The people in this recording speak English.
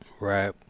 Right